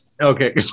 Okay